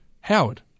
Howard